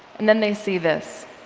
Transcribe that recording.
and then they see this